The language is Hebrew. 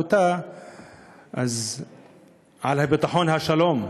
אז על ביטחון השלום,